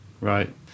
Right